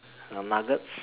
um nuggets